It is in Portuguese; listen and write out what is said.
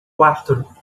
quatro